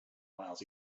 miles